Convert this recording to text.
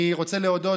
אני רוצה להודות,